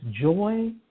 joy